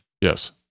Yes